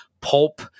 pulp